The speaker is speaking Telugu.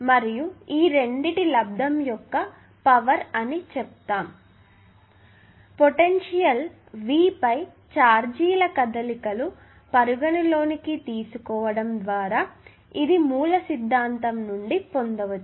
మరియు ఈ రెండింటి లబ్దము యొక్క పవర్ అని చెప్తాము పోటెన్షియల్ V పై ఛార్జీల కదలికలు పరిగణలోకి తీసుకోవడం ద్వారా ఇది మూల సిద్ధాంతం నుండి పొందవచ్చు